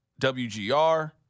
WGR